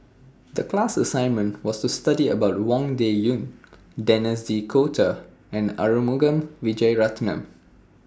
The class assignment was to study about Wang Dayuan Denis D'Cotta and Arumugam Vijiaratnam